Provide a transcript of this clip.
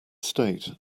state